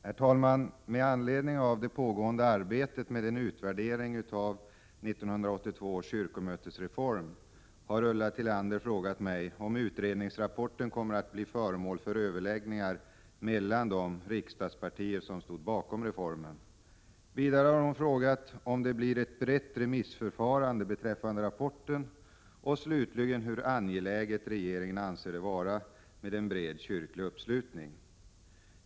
Herr talman! Med anledning av det pågående arbetet med en utvärdering av 1982 års kyrkomötesreform har Ulla Tillander frågat mig om utredningsrapporten kommer att bli föremål för överläggningar mellan de riksdagspartier som stod bakom reformen. Vidare har hon frågat om det blir ett brett remissförfarande beträffande rapporten och slutligen hur angeläget regeringen anser det vara med en bred kyrklig uppslutning.